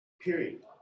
period